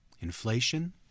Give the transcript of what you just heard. inflation